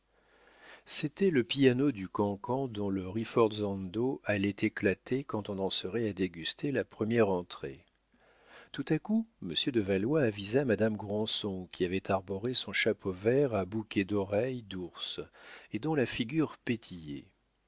c'était le piano du cancan dont le rinforzando allait éclater quand on en serait à déguster la première entrée tout-à-coup monsieur de valois avisa madame granson qui avait arboré son chapeau vert à bouquets d'oreilles d'ours et dont la figure pétillait